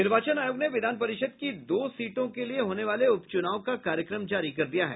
निर्वाचन आयोग ने विधान परिषद की दो सीटों के लिए होने वाले उप चूनाव का कार्यक्रम जारी कर दिया है